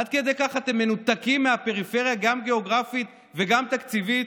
עד כדי כך אתם מנותקים מהפריפריה גם גיאוגרפית וגם תקציבית?